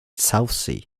southsea